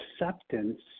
acceptance